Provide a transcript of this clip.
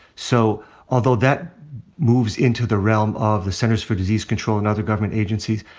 so although that moves into the realm of the centers for disease control and other government agencies,